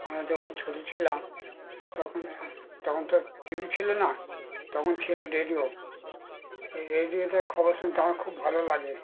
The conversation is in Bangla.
আমরা যখন ছোট ছিলাম তখন তখন তো টি ভি ছিল না তখন ছিল রেডিও এই রেডিওতে খবর শুনতে আমার খুব ভালো লাগে